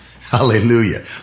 Hallelujah